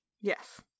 Yes